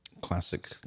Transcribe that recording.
Classic